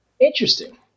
Interesting